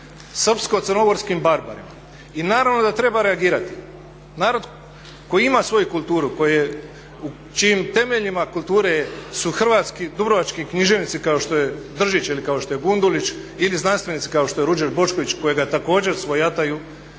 srpsko-crnogorskim barbarima. I naravno da treba reagirati. Narod koji ima svoju kulturu, u čijim temeljima kulture su hrvatski dubrovački književnici kao što je Držić ili kao što je Gundulić ili znanstvenici kao što je Ruđer Bošković kojega također svojataju